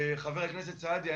חבר הכנסת סעדי,